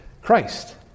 Christ